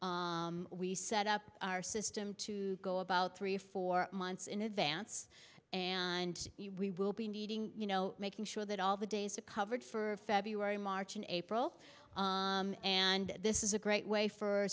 we set up our system to go about three or four months in advance and we will be needing you know making sure that all the days are covered for february march and april and this is a great way for